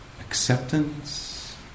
acceptance